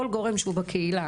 כל גורם שהוא בקהילה,